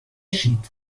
شید